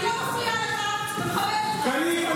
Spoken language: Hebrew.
אני, קריב, אני לא מפריעה לך, אותך.